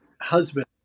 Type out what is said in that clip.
husband